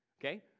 Okay